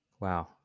Wow